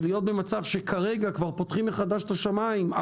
ולהיות במצב שכרגע כבר פותחים מחדש את השמיים,